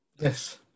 Yes